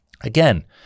Again